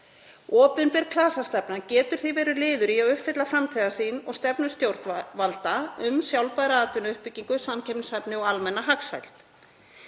Opinber klasastefna getur því verið liður í að uppfylla framtíðarsýn og stefnu stjórnvalda um sjálfbæra atvinnuuppbyggingu, samkeppnishæfni og almenna hagsæld.